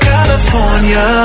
California